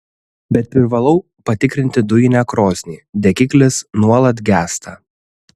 bet privalau patikrinti dujinę krosnį degiklis nuolat gęsta